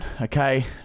okay